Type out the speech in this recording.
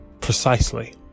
Precisely